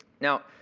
now,